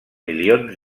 milions